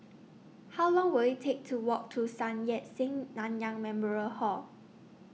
How Long Will IT Take to Walk to Sun Yat Sen Nanyang Memorial Hall